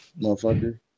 motherfucker